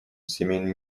семейный